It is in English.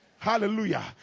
Hallelujah